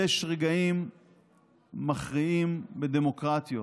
יש רגעים מכריעים בדמוקרטיות,